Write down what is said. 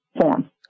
form